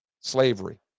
slavery